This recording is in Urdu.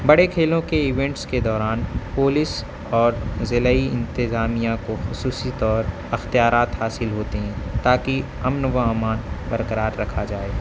بڑے کھیلوں کے ایونٹس کے دوران پولیس اور ضلع انتظامیہ کو خصوصی طور اختیارات حاصل ہوتے ہیں تاکہ امن و امان برقرار رکھا جائے